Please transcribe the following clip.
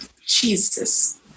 Jesus